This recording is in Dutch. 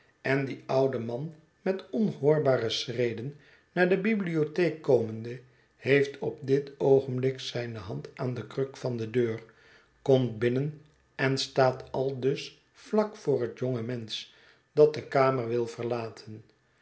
en die oude man met onhoorbare schreden naar de bibliotheek komende heeft op dit oogenblik zijne hand aan de kruk van de deur komt binnen en staat aldus vlak voor het jonge mensch dat de kamer wil verlaten